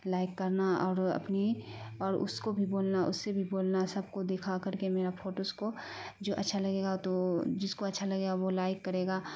like کرنا اور اپنی اور اس کو بھی بولنا اس سے بھی بولنا سب کو دکھا کر کے میرا پھوٹوس کو جو اچھا لگے گا تو جس کو اچھا لگے گا وہ لائک کرے گا